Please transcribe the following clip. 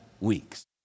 weeks